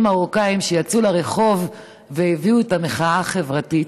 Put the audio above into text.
מרוקאים שיצאו לרחוב והביאו את המחאה החברתית.